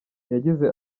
yagize